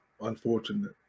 unfortunate